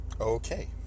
Okay